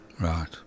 Right